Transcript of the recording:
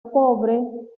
pobre